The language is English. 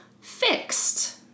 fixed